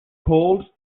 cold